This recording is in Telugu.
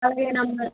పదిహేనొందలు